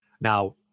Now